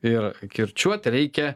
ir kirčiuot reikia